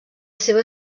seva